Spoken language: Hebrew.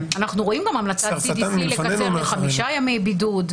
אנחנו רואים גם את המלצת --- לקצר לחמישה ימי בידוד,